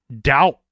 doubt